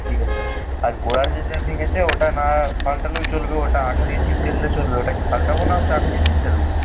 ঠিক আছে আর গোড়ার যেটা ভেঙেছে ওটা না পাল্টালেও চলবে ওটা আঠা দিয়ে চিপকে দিলে চলবে ওটা কি পাল্টাবো না হচ্ছে আঠা দিয়ে চিপকে দেবো